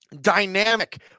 dynamic